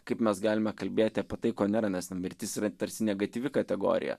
kaip mes galime kalbėti apie tai ko nėra nes na mirtis yra tarsi negatyvi kategorija